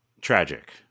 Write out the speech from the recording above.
tragic